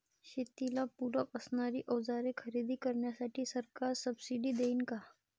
शेतीला पूरक असणारी अवजारे खरेदी करण्यासाठी सरकार सब्सिडी देईन का?